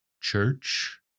church